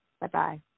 Bye-bye